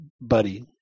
buddy